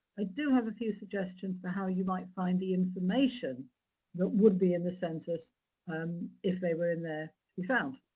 i do have a few suggestions for how you might find the information that would be in the census um if they were in there to be found.